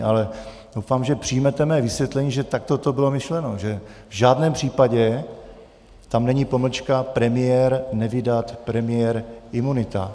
Ale doufám, že přijmete mé vysvětlení, že takto to bylo myšleno, že v žádném případě tam není pomlčka: premiér nevydat, premiér imunita.